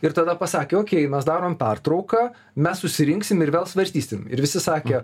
ir tada pasakė okei mes darom pertrauką mes susirinksim ir vėl svarstysim ir visi sakė